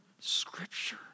scripture